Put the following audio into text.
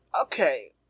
okay